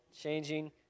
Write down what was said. Changing